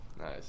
nice